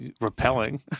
repelling